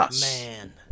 Man